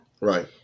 right